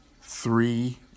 three